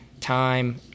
time